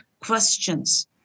questions